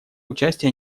участие